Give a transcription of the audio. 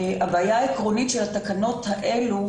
הבעיה העקרונית של התקנות האלה,